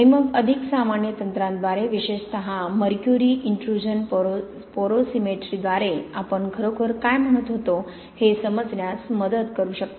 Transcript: आणि मग अधिक सामान्य तंत्रांद्वारे विशेषत मर्क्युरी इन्ट्रुजन पोरोसिमेट्रीद्वारे आपण खरोखर काय म्हणत होतो हे समजण्यास मदत करू शकते